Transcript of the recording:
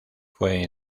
fue